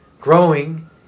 growing